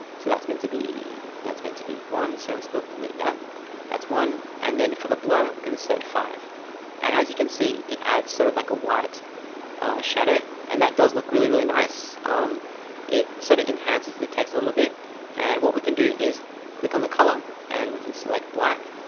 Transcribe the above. so that's meant to be that's meant to be one so it's good to leave that that's one and then for the blur we're gonna set five and as you can see it adds sort of like a white shadow, and that does look really really nice it sort of enhances the text a little bit and what we can do is click on the color and we can select black